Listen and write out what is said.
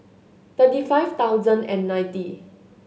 thirty five thousand and ninety